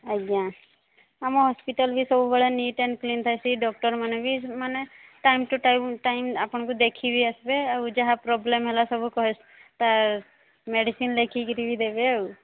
ଆଜ୍ଞା ଆମ ହସ୍ପିଟାଲ୍ ବି ସବୁବେଳେ ବି ନିଟ୍ ଆଣ୍ଡ କ୍ଲିନ୍ ଥାଏ ସେଇ ଡକ୍ଟର୍ମାନେ ବି ଟାଇମ୍ ଟୁ ଟାଇମ୍ ଆପଣଙ୍କୁ ଦେଖି ବି ଆସିବେ ଆଉ ଯାହା ପ୍ରୋବ୍ଲେମ୍ ହେଲା ସବୁ କହିବେ ତା ମେଡିସିନ୍ ଲେଖିକିରି ବି ଦେବେ ଆଉ